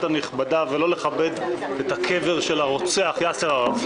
הנכבדה ולא לכבד את הקבר של הרוצח יאסר ערפאת.